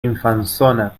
infanzona